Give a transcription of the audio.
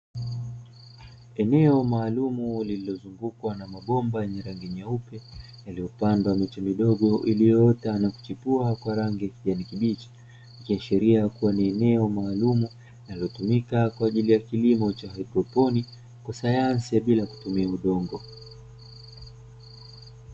Eneo maalumu lililozungukwa na mabomba yenye rangi nyeupe yaliyopandwa miche vidogo iliyoota na kuchipua kwa rangi ya kijani kibichi, ikihashiria kuwa ni eneo maalumu linalotumika kwaajili ya kilimo cha haidroponi kwa sayansi ya bila kutumia udongo.